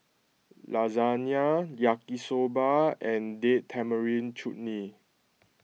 Lasagne Yaki Soba and Date Tamarind Chutney